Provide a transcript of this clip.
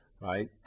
right